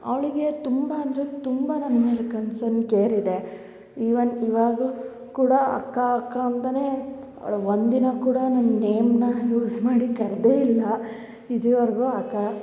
ಅವಳಿಗೆ ತುಂಬ ಅಂದರೆ ತುಂಬ ನನ್ನ ಮೇಲೆ ಕನ್ಸನ್ ಕೇರ್ ಇದೆ ಇವನ್ ಇವಾಗ ಕೂಡ ಅಕ್ಕ ಅಕ್ಕ ಅಂತಲೇ ಅವ್ಳ್ಗೆ ಒಂದಿನ ಕೂಡ ನನ್ನ ನೇಮ್ನ ಯೂಸ್ ಮಾಡಿ ಕರ್ದೆಯಿಲ್ಲ ಇದುವರ್ಗು ಅಕ್ಕ